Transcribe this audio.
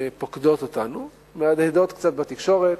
פוקדות אותנו, מהדהדות קצת בתקשורת,